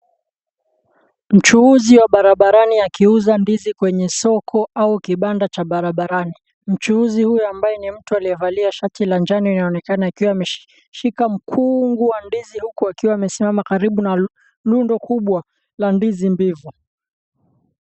Mchuuzi wa barabarani akiuza ndizi kwenye soko au kibanda cha barabarani mchuuzi huyu ambaye ni mtu ambaye amevalia shati la njano yaonekana ameshika mkungu wa ndizi huku akiwa amesimama na mkungu kubwa la ndizi mbivu.